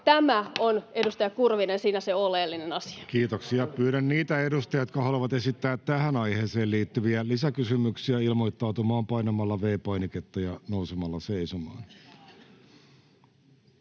(Antti Kurvinen kesk) Time: 16:41 Content: Kiitoksia. — Pyydän niitä edustajia, jotka haluavat esittää tähän aiheeseen liittyviä lisäkysymyksiä, ilmoittautumaan painamalla V-painiketta ja nousemalla seisomaan.